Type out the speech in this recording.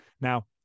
Now